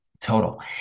Total